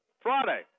Friday